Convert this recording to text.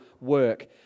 work